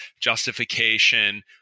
justification